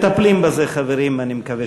אדוני היושב-ראש,